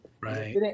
Right